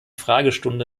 fragestunde